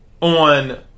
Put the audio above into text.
on